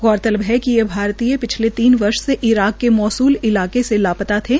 गौरतलब है कि ये भारतीय पिछले तीन वर्ष से ईराक के मोसूल इलाके से लापता थे